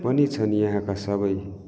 पनि छन् यहाँका सबै